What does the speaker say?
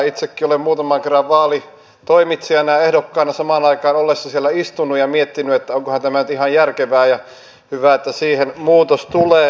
itsekin olen muutaman kerran vaalitoimitsijana ja ehdokkaana samaan aikaan ollessa siellä istunut ja miettinyt että onkohan tämä nyt ihan järkevää ja hyvä että siihen muutos tulee